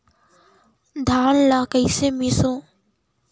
धान ला कइसे मिसबो?